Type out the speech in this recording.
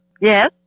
Yes